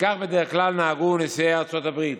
וכך בדרך כלל נהגו נשיאי ארצות הברית,